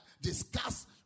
discuss